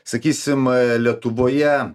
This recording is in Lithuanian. sakysim lietuvoje